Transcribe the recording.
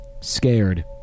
scared